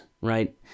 right